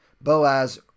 Boaz